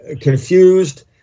confused